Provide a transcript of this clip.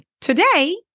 today